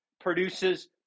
produces